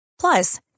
Plus